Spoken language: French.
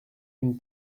une